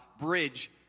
bridge